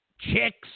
chicks